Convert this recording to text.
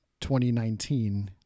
2019